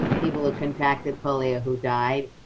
people who contracted polio who died.